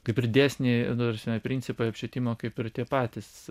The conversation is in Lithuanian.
kaip ir dėsniai ta prasme principai apšvietimo kaip ir tie patys